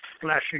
flashing